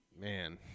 Man